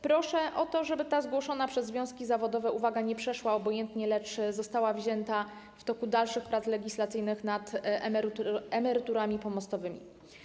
Proszę o to, żeby ta zgłoszona przez związki zawodowe uwaga nie przeszła obojętnie, lecz została wzięta pod uwagę w toku dalszych prac legislacyjnych nad emeryturami pomostowymi.